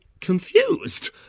confused